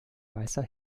weißer